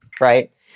right